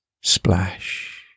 splash